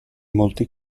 molti